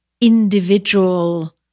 individual